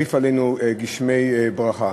שירעיף עלינו גשמי ברכה.